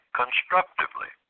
constructively